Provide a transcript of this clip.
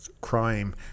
crime